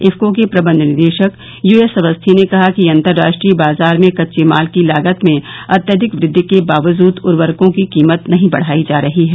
इफको के प्रबंध निदेशक यूएस अवस्थी ने कहा कि अंतरराष्ट्रीय बाजार में कच्चे माल की लागत में अत्यधिक वृद्धि के बावजूद उर्वरकों की कीमत नहीं बढ़ाई जा रही है